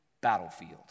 battlefield